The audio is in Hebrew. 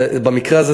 במקרה הזה,